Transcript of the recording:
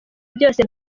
byose